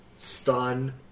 stun